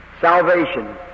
salvation